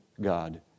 God